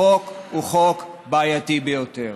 החוק הוא חוק בעייתי ביותר.